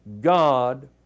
God